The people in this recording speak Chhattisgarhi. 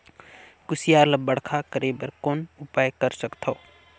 कुसियार ल बड़खा करे बर कौन उपाय कर सकथव?